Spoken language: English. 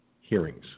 hearings